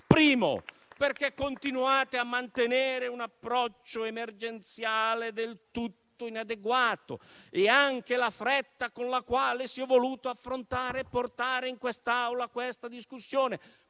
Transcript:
primo, perché continuate a mantenere un approccio emergenziale del tutto inadeguato, anche per la fretta con la quale si è voluto affrontare e portare in quest'Aula la discussione,